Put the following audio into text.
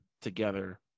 together